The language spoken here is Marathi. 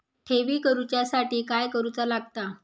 ठेवी करूच्या साठी काय करूचा लागता?